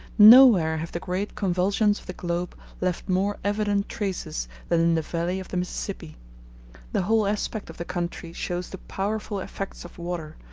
nowhere have the great convulsions of the globe left more evident traces than in the valley of the mississippi the whole aspect of the country shows the powerful effects of water,